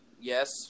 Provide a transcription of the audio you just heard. yes